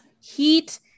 heat